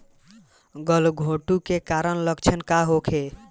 गलघोंटु के कारण लक्षण का होखे?